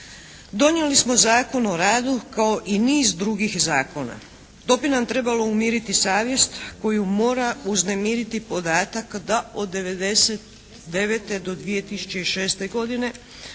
donijeli smo Zakon o radu kao i niz drugih zakona. To bi nam trebalo umiriti savjest koju mora uznemiriti podatak da od '99. do 2006. godine